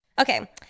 Okay